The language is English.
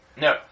No